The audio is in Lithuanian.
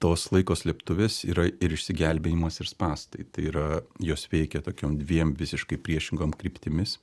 tos laiko slėptuvės yra ir išsigelbėjimas ir spąstai tai yra jos veikia tokiom dviem visiškai priešingom kryptimis